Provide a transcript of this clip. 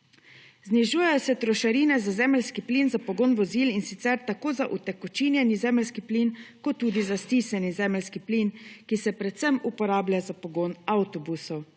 Znižujejo se trošarina za zemeljski plin za pogon vozil in sicer za tako utekočinjeni zemeljski plin kot tudi za stisnjeni zemeljski plin, ki se predvsem uporablja za pogon avtobusov.